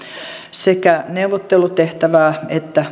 sekä neuvottelutehtävää että